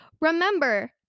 remember